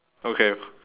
okay